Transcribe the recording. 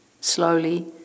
slowly